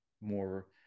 more